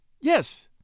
yes